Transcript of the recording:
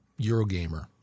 Eurogamer